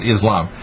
Islam